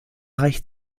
reicht